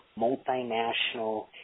multinational